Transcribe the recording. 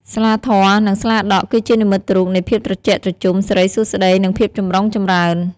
ស្លាធម៌ ឬ ស្លាដក់ គឺជានិមិត្តរូបនៃភាពត្រជាក់ត្រជុំ សិរីសួស្តី និងភាពចម្រុងចម្រើន។